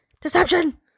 Deception